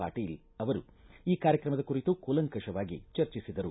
ಪಾಟೀಲ್ ಅವರು ಈ ಕಾರ್ಯಕ್ರಮದ ಕುರಿತು ಕೂಲಂಕಪವಾಗಿ ಚರ್ಚಿಸಿದರು